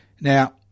Now